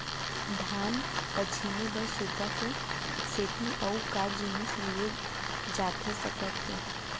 धान पछिने बर सुपा के सेती अऊ का जिनिस लिए जाथे सकत हे?